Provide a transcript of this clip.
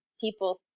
People